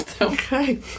Okay